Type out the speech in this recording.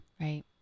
right